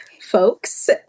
folks